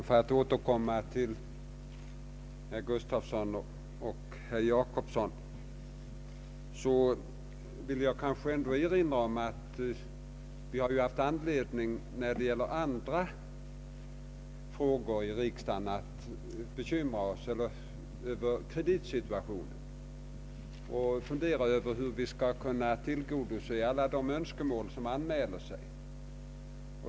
För att återkomma till herr Gustafssons och herr Jacobssons inlägg vill jag erinra om att vi har haft anledning i andra sammanhang att bekymra oss för kreditsituationen och fundera över hur vi skall kunna tillgodose alla de önske mål som anmäler sig.